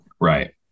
Right